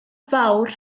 fawr